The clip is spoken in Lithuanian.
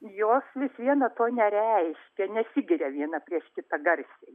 jos vis viena to nereiškia nesigiria viena prieš kitą garsiai